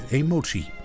emotie